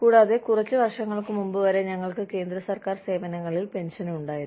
കൂടാതെ കുറച്ച് വർഷങ്ങൾക്ക് മുമ്പ് വരെ ഞങ്ങൾക്ക് കേന്ദ്ര സർക്കാർ സേവനങ്ങളിൽ പെൻഷൻ ഉണ്ടായിരുന്നു